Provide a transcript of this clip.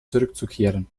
zurückzukehren